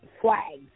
flags